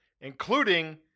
including